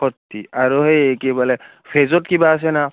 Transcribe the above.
forty আৰু সেই কি বোলে ভেজত কিবা আছেনে